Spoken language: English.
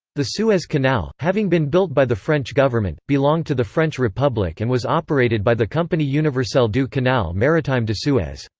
the suez canal, having been built by the french government, belonged to the french republic and was operated by the compagnie universelle du canal maritime de suez.